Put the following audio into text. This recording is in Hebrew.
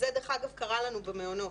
זה דרך אגב קרה לנו בחוק פיקוח על המעונות.